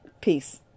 peace